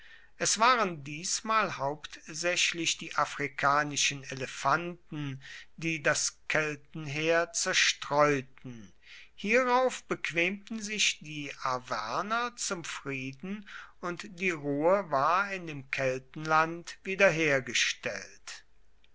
es waren diesmal hauptsächlich die afrikanischen elefanten die das keltenheer zerstreuten hierauf bequemten sich die arverner zum frieden und die ruhe war in dem keltenland wiederhergestellt